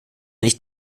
nicht